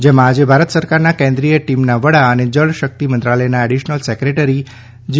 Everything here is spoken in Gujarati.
જેમાં આજે ભારત સરકારના કેન્દ્રીય ટીમના વડા અને જળશક્તિ મંત્રાલયના એડિશનલ સેકેટરીશ્રી જી